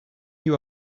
you